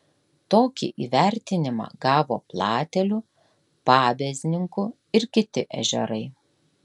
tokį įvertinimą gavo platelių pabezninkų ir kiti ežerai